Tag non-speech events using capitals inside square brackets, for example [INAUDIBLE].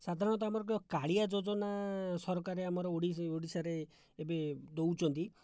ସାଧାରଣତଃ ଆମର [UNINTELLIGIBLE] କାଳିଆ ଯୋଜନା ସରକାର ଆମର ଓଡ଼ିଶାରେ ଏବେ ଦେଉଛନ୍ତି